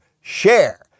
share